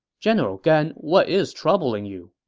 general gan, what is troubling you?